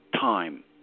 time